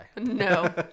No